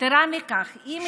יתרה מכך, משפט לסיכום.